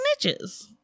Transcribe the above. snitches